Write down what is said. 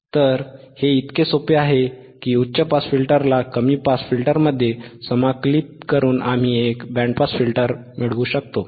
तर हेइतके सोपे आहे की उच्च पास फिल्टरला कमी पास फिल्टरमध्ये समाकलित करून आम्ही एक बँड पास फिल्टर मिळवू शकतो